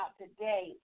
today